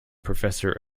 professor